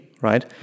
right